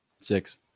Six